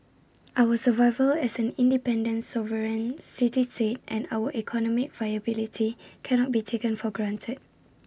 our survival as an independent sovereign city state and our economic viability cannot be taken for granted